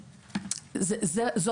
נכון,